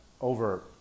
over